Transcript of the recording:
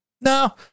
No